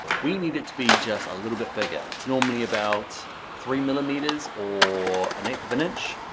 we need it to be just a little bit bigger it's normally about three millimeters or an eighth of an inch.